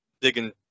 digging